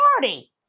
party